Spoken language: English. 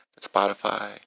Spotify